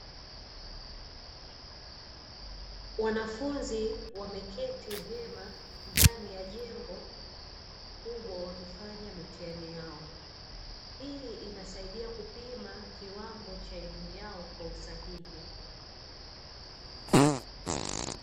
Wanafunzi wameketi vyema ndani ya jengo kubwa wakifanya mitihani yao, hii inasaidia kupima kiwango cha elimu yao kwa usahihi.